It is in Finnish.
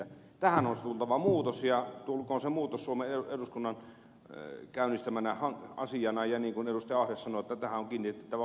tähän olisi tultava muutos ja tulkoon se muutos suomen eduskunnan käynnistämänä asiana iänikuinen ei sano tätä on kiinnitettävä